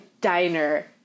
diner